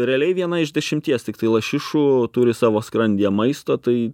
realiai viena iš dešimties tiktai lašišų turi savo skrandyje maisto tai